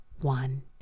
One